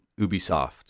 Ubisoft